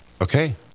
Okay